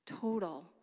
Total